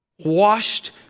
Washed